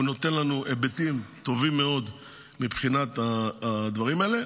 הוא נותן לנו היבטים טובים מאוד מבחינת הדברים האלה.